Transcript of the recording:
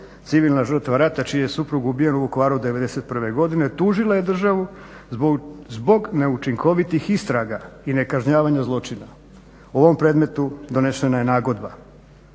civilna žrtva rata čiji je suprug ubijen u Vukovaru '91. godine tužila je državu zbog neučinkovitih istraga i nekažnjavanja zločina. U ovom predmetu donešena je nagodba.